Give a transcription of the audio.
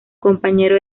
compañero